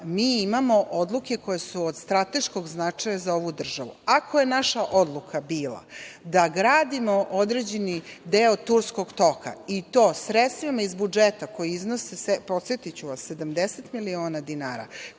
mi imamo odluke koje su od strateškog značaja za ovu državu, ako je naša odluka bila da gradimo određeni deo Turskog toka i to sredstvima iz budžeta koji iznose, podsetiću vas, 70 miliona dinara,